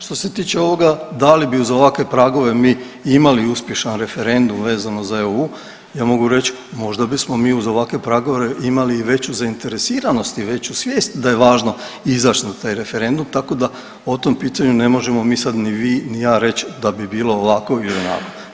Što se tiče ovoga da li bi uz ovakve pragove mi imali uspješan referendum vezano za EU, ja mogu reć možda bismo mi uz ovakve pragove imali i veću zainteresiranost i veću svijest da je važno izaći na taj referendum, tako da o tom pitanju ne možemo mi sad ni vi ni ja reći da bi bilo ovako ili onako.